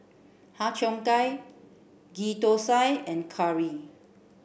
Har Cheong Gai Ghee Thosai and Curry